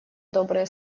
добрые